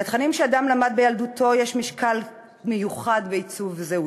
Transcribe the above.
לתכנים שאדם למד בילדותו יש משקל מיוחד בעיצוב זהותו,